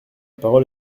parole